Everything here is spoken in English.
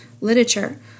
literature